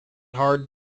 hard